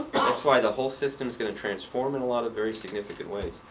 that's why the whole system's going to transform in a lot of very significant ways.